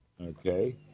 Okay